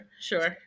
sure